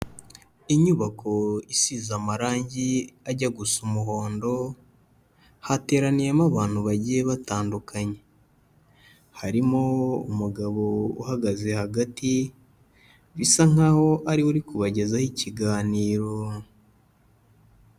Inyubako isize amarangi ajya gusa umuhondo, hateraniyemo abantu bagiye batandukanye, harimo umugabo uhagaze hagati, bisa nk'aho ari we uri kubagezaho ikiganiro.